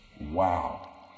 Wow